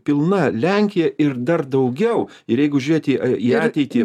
pilna lenkija ir dar daugiau ir jeigu žiūrėti į ateitį